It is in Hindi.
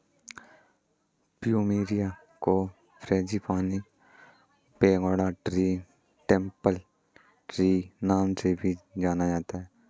प्लूमेरिया को frangipani, pagoda tree, temple tree नाम से भी जाना जाता है